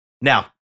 Now